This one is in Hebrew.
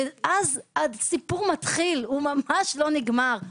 ואז הסיפור מתחיל הוא ממש לא נגמר,